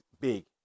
big